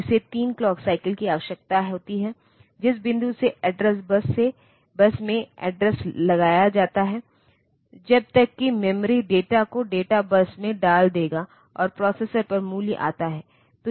तो इसे 3 clock cycle की आवश्यकता होती है जिस बिंदु से एड्रेस बस में एड्रेस लगाया जाता है जब तक कि मेमोरी डेटा को डेटा बस में डाल देगा और प्रोसेसर पर मूल्य आता है